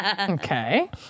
Okay